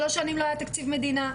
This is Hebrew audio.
שלוש שנים לא היה תקציב מדינה,